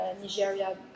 Nigeria